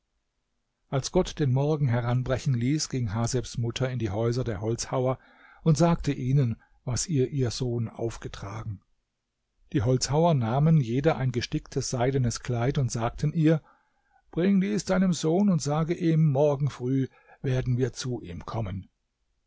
als gott den morgen heranbrechen ließ ging hasebs mutter in die häuser der holzhauer und sagte ihnen was ihr ihr sohn aufgetragen die holzhauer nahmen jeder ein gesticktes seidenes kleid und sagten ihr bring dies deinem sohn und sage ihm morgen früh werden wir zu ihm kommen